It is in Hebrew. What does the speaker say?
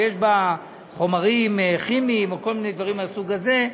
ויש בה חומרים כימיים או כל מיני דברים מהסוג הזה,